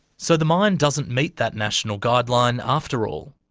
so the mine doesn't meet that national guideline after all.